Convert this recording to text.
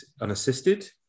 unassisted